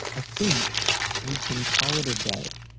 i think we can call it a day.